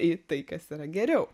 į tai kas yra geriau